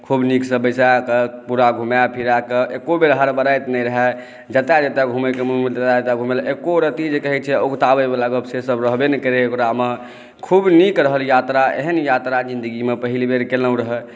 खुब नीकसँ बैसाकऽ पुरा घुमा फिराकऽ एको बेर हरबड़ाइत नहि रहए जतऽ जतऽ घुमैकेँ मन भेल तऽ तऽ घुमेलक एको रति जे कहै छै ऊगतावै वला गप से सभ रहबे नहि करैबै ओकरा खुब नीक रहल यात्रा एहन यात्रा जिनगीमे पहिल बेर केलहुँ रहय